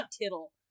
tittle